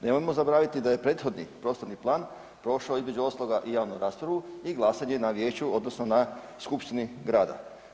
Nemojmo zaboraviti da je prethodni prostorni plan prošao između ostaloga i javnu raspravu i glasanje na vijeću odnosno na skupštini grada.